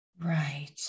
Right